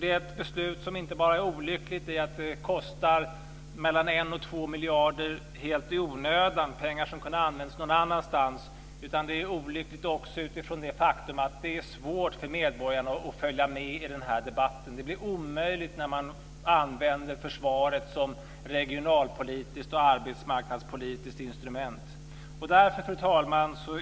Det är ett beslut som inte bara är olyckligt därför att det kostar mellan 1 och 2 miljarder helt i onödan - pengar som kunde använts någon annanstans - utan det är olyckligt också utifrån det faktum att det är svårt för medborgarna att följa med i debatten. Det blir omöjligt när man använder försvaret som regionalpolitiskt och arbetsmarknadspolitiskt instrument. Fru talman!